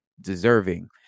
deserving